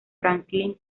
franklin